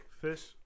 Fish